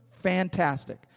Fantastic